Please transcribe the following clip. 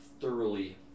thoroughly